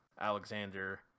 Alexander